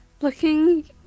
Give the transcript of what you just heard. looking